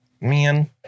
Man